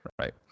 right